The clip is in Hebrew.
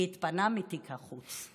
כי הוא התפנה מתיק החוץ.